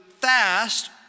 fast